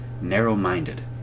narrow-minded